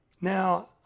Now